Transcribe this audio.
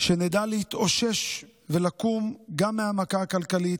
שנדע להתאושש ולקום גם מהמכה הכלכלית,